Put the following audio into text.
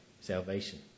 salvation